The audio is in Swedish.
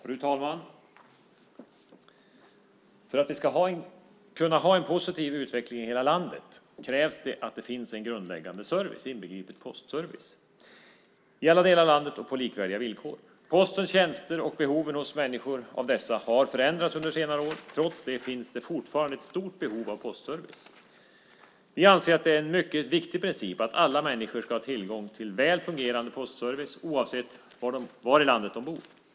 Fru talman! För att vi ska kunna ha en positiv utveckling i hela landet krävs det att det finns en grundläggande service, inbegripet postservice, i alla delar av landet och på likvärdiga villkor. Postens tjänster och behoven hos människor av dessa har förändrats under senare år. Trots det finns det fortfarande ett stort behov av postservice. Vi anser att det är en mycket viktig princip att alla människor ska ha tillgång till väl fungerande postservice oavsett var i landet de bor.